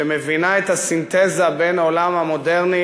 שמבינה את הסינתזה בין העולם המודרני,